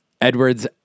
Edward's